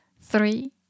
Three